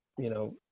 you know,